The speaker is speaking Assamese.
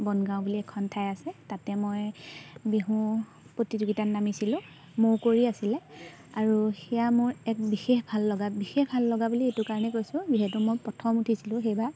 বনগাঁও বুলি এখন ঠাই আছে তাতে মই বিহু প্ৰতিযোগিতাত নামিছিলোঁ মৌ কুঁৱৰী আছিলে আৰু সেয়া মোৰ এক বিশেষ ভাললগা বিশেষ ভাললগা বুলি এইটো কাৰণে কৈছোঁ যিহেতু মই প্ৰথম উঠিছিলোঁ সেইবাৰ